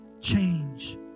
change